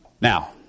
Now